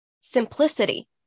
simplicity